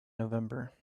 november